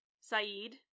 Saeed